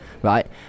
Right